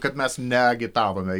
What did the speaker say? kad mes neagitavome